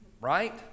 Right